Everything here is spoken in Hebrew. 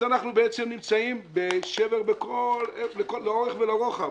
אז אנחנו בעצם נמצאים בשבר לאורך ולרוחב.